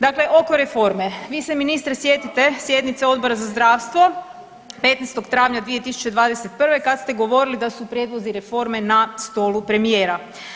Dakle, oko reforme, vi se ministre sjetite sjednice Odbora za zdravstvo 15. travanja 2021. kad ste govorili da su prijedlozi reforme na stolu premijera.